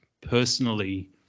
personally